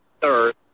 Third